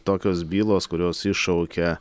tokios bylos kurios iššaukia